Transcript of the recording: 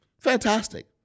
fantastic